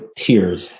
tears